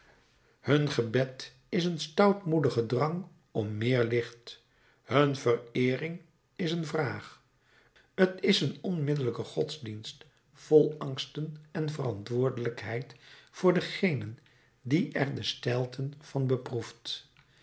hun gebed is een stoutmoedige drang om meer licht hun vereering is een vraag t is een onmiddellijke godsdienst vol angsten en verantwoordelijkheid voor dengene die er de steilten van beproeft